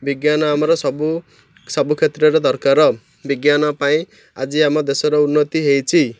ବିଜ୍ଞାନ ଆମର ସବୁ ସବୁ କ୍ଷେତ୍ରରେ ଦରକାର ବିଜ୍ଞାନ ପାଇଁ ଆଜି ଆମ ଦେଶର ଉନ୍ନତି ହୋଇଛି